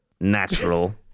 natural